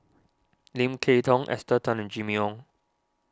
Lim Kay Tong Esther Tan and Jimmy Ong